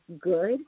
good